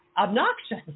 obnoxious